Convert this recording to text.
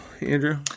Andrew